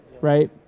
right